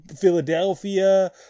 Philadelphia